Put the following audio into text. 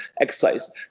exercise